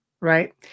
right